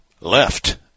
left